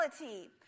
reality